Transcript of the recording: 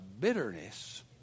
bitterness